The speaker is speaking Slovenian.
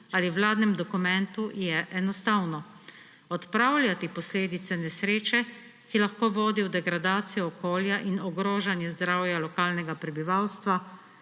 ali v vladnem dokumentu je enostavno, odpravljati posledice nesreče, ki lahko vodi v degradacijo okolja in ogrožanje zdravja lokalnega prebivalstva,